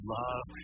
love